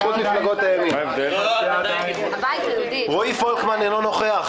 בעד רועי פולקמן- אינו נוכח